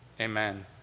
Amen